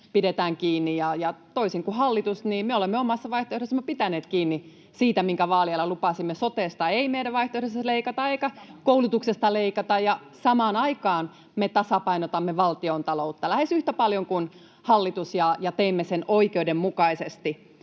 pidetään kiinni. Toisin kuin hallitus, me olemme omassa vaihtoehdossamme pitäneet kiinni siitä, minkä vaalien alla lupasimme. Sotesta ei meidän vaihtoehdossamme leikata eikä koulutuksesta leikata, ja samaan aikaan me tasapainotamme valtiontaloutta lähes yhtä paljon kuin hallitus ja teemme sen oikeudenmukaisesti.